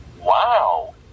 wow